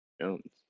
Jones